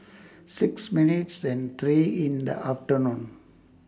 six minutes and three in The afternoon